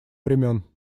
времён